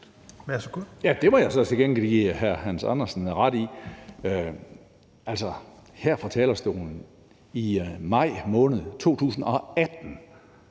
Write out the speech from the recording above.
det må jeg så til gengæld give hr. Hans Andersen ret i. Her fra talerstolen i maj måned 2018